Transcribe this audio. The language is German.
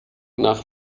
nach